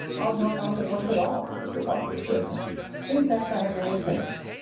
of no consequence at all, mr. parker assured him in fact i have nearly finished.